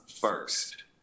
first